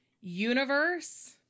Universe